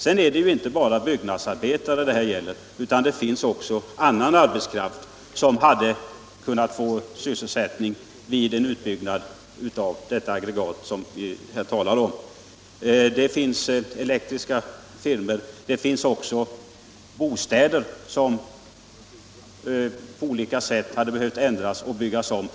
Sedan gäller det här inte bara byggnadsarbetare, utan också annan arbetskraft som kan få sysselsättning vid en utbyggnad av det kraftverk vi här talar om.